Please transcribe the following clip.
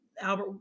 Albert